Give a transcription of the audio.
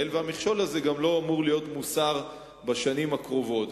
והמכשול הזה גם לא אמור להיות מוסר בשנים הקרובות.